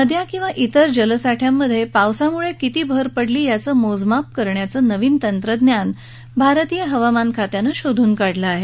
नद्या किंवा त्विर जलसाठ्यांमध्ये पावसाने किंती भर पडली याचं मोजमाप करण्याचं नवीन तंत्रज्ञान भारतीय हवामान खात्यानं शोधून काढलं आहे